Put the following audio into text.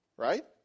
Right